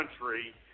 country